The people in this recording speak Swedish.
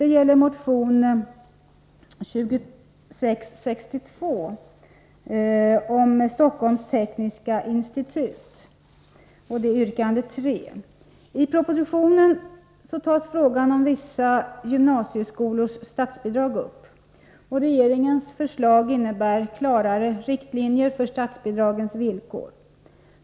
Det gäller motion 2662 yrkande 3 om Stockholms Tekniska Institut. I propositionen tas frågan om vissa gymnasieskolors statsbidrag upp, och regeringens förslag innebär klarare riktlinjer för statsbidragens villkor.